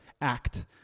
act